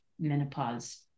menopause